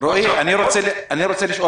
רועי, אני רוצה לשאול.